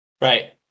Right